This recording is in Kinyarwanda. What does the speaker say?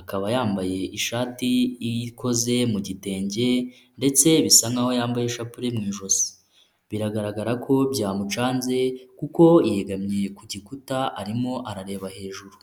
akaba yambaye ishati ikoze mu gitenge ndetse bisa nkaho yambaye ishapure mu ijosi, biragaragara ko byamucanze kuko yegamye ku gikuta arimo arareba hejuru.